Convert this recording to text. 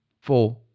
Four